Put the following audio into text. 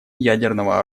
ядерного